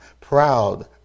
proud